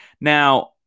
Now